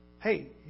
Hey